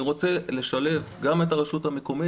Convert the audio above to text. אני רוצה לשלב גם את הרשות המקומית,